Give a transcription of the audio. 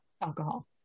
alcohol